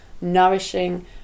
nourishing